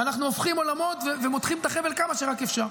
ואנחנו הופכים עולמות ומותחים את החבל כמה שרק אפשר.